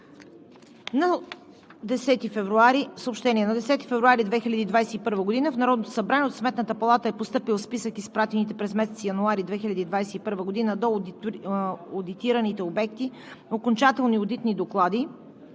На 10 февруари 2021 г. в Народното събрание от Сметната палата е постъпил Списък на изпратените през месец януари 2021 г. до одитираните обекти окончателни одитни доклади